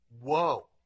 Whoa